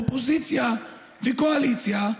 אופוזיציה וקואליציה,